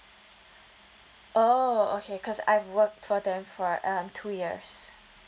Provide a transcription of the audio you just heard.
oh okay cause I have worked for them for um two years